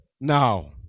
Now